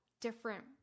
different